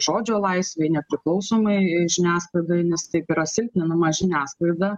žodžio laisvei nepriklausomai žiniasklaidai nes taip yra silpninama žiniasklaida